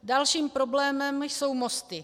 Dalším problémem jsou mosty.